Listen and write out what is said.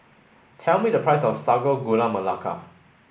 tell me the price of Sago Gula Melaka